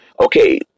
okay